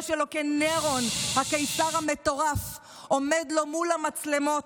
שלו כנירון הקיסר המטורף עומד לו מול המצלמות,